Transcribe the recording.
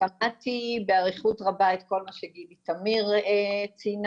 שמעתי באריכות רבה את כל מה שגילי תמיר ציינה,